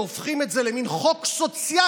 שהופכים את זה למין חוק סוציאלי,